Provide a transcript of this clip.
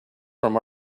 from